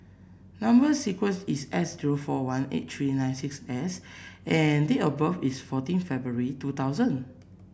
number sequence is S zero four one eight three nine six S and date of birth is fourteen February two thousand